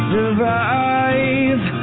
Survive